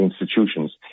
institutions